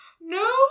No